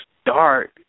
start